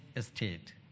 state